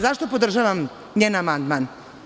Zašto podržavam njen amandman?